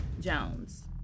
Jones